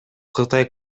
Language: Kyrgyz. кытай